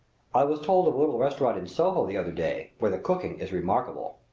i was told of a little restaurant in soho the other day, where the cooking is remarkable.